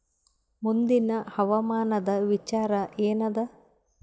ಮುಂದಿನ ಹವಾಮಾನದ ವಿಚಾರ ಏನದ?